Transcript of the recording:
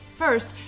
First